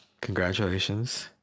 congratulations